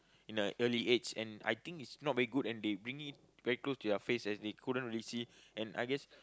in the early age and I think is not very good and they bring it very close to their face as they couldn't really see and I guess